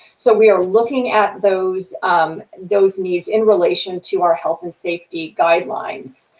so we are looking at those um those needs in relation to our health and safety guidelines.